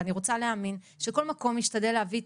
ואני רוצה להאמין שכל מקום משתדל להביא את